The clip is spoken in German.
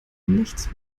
nichts